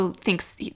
thinks